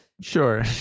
sure